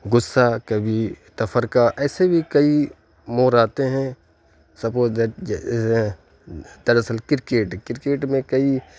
غصہ کبھی تفرقہ ایسے بھی کئی موڑ آتے ہیں سپوز دیٹ درصل کرکٹ کرکٹ میں کئی